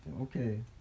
okay